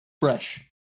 Fresh